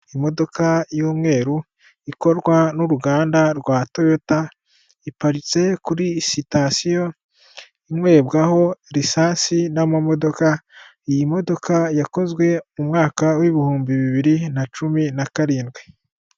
Imodoka y'umweru ikorwa n'uruganda rwa toyota, iparitse kuri sitasiyo inywebwaho risansi n'amamodoka, iyi modoka yakozwe mu mwaka w'ibihumbi bibiri na cumi na karindwi.